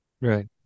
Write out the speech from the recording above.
Right